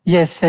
Yes